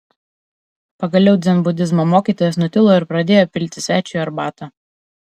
pagaliau dzenbudizmo mokytojas nutilo ir pradėjo pilti svečiui arbatą